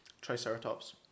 Triceratops